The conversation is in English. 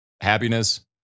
happiness